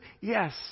Yes